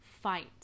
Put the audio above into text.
fight